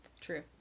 True